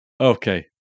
Okay